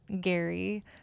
Gary